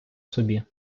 собі